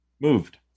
Moved